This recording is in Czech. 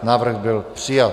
Návrh byl přijat.